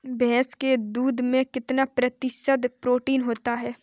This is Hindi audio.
भैंस के दूध में कितना प्रतिशत प्रोटीन होता है?